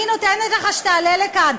אני נותנת לך שתעלה לכאן.